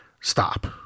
stop